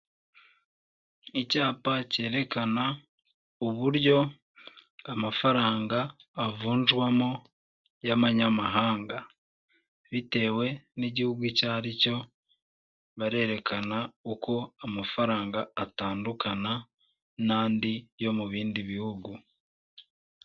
Icyapa cyerekana uburyo amafaranga avunjwamo, y'amanyamahanga. Bitewe n'igihugu icyo ari cyo, barerekana uko amafaranga atandukana n'andi yo mu bindi bihugu.